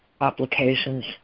applications